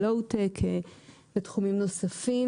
הלואו-טק ותחומים נוספים.